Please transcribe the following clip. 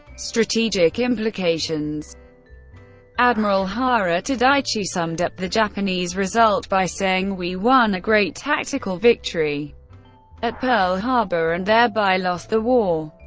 strategic implications admiral hara tadaichi summed up the japanese result by saying, we won a great tactical victory at pearl harbor and thereby lost the war.